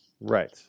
right